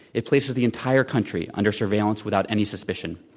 it places the entire country under surveillance without any suspicion.